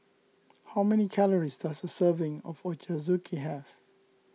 how many calories does a serving of Ochazuke have